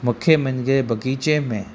मूंखे मुंहिंजे बाग़ीचे में